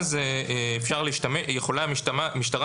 ואנחנו לא מתייחסים לשאלה - אז יכולה המשטרה